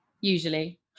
usually